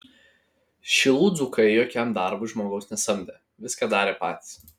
šilų dzūkai jokiam darbui žmogaus nesamdė viską darė patys